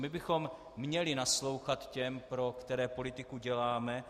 My bychom měli naslouchat těm, pro které politiku děláme.